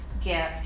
gift